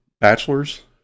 bachelor's